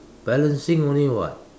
balancing only what